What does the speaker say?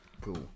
Cool